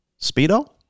Speedo